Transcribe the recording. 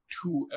two